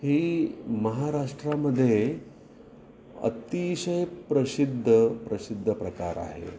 ही महाराष्ट्रामध्ये अतिशय प्रसिद्ध प्रसिद्ध प्रकार आहे